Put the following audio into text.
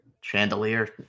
Chandelier